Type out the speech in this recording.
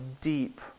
deep